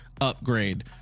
upgrade